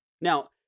Now